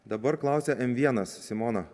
dabar klausia m vienas simona